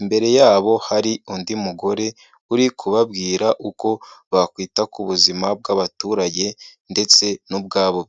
imbere yabo hari undi mugore uri kubabwira uko bakwita ku buzima bw'abaturage ndetse n'ubwabo.